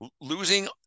losing